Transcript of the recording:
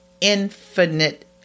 infinite